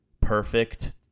perfect